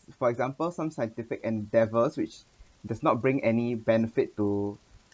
for example some scientific endeavours which does not bring any benefit to